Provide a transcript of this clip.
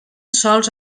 sols